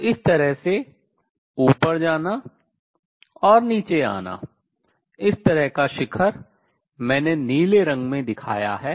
तो इस तरह से ऊपर जाना और नीचे आना इस तरह का शिखर मैंने नीले रंग में दिखाया है